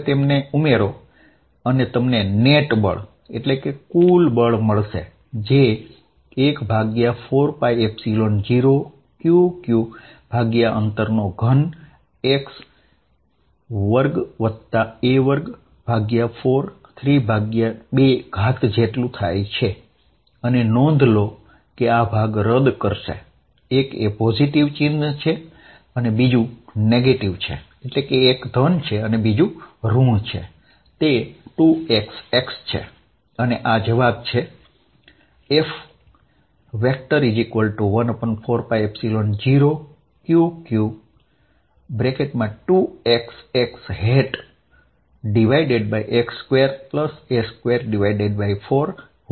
હવે તમે તેમને ઉમેરો એટલે તમને નેટ બળ મળશે જે F14π0Q q x2a2432છે